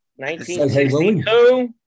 1962